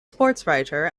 sportswriter